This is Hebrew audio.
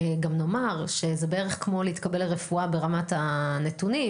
גם נאמר שזה בערך כמו להתקבל לרפואה ברמת הנתונים,